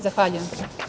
Zahvaljujem.